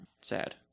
sad